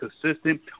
consistent